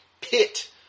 pit